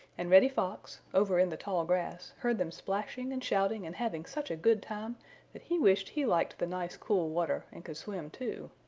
and reddy fox, over in the tall grass, heard them splashing and shouting and having such a good time that he wished he liked the nice cool water and could swim, too.